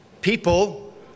people